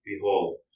behold